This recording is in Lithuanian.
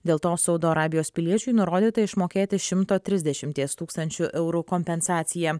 dėl to saudo arabijos piliečiui nurodyta išmokėti šimto trisdešimties tūkstančio eurų kompensaciją